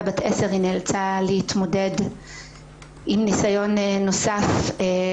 בת עשר היא נאלצה להתמודד עם ניסיון רצח נוסף של אימה,